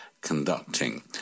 conducting